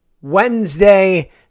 Wednesday